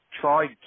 tried